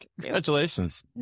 Congratulations